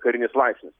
karinis laipsnis